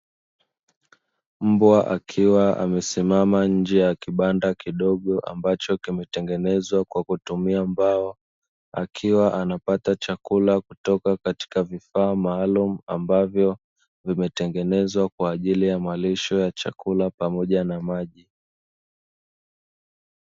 Mbwa akiwa amesimama nje ya kibanda kidogo ambacho kimetengenezwa kwa kutumia mbao, akiwa anapata chakula kutoka katika vifaa maalumu ambavyo vimetengenezwa kwa ajili ya malisho ya chakula pamoja na maji.